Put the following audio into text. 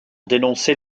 dénoncer